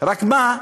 רק מה?